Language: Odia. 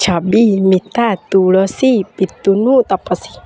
ଛବି ମିତା ତୁଳସୀ ପିତୁନୁ ତପସୀ